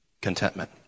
Contentment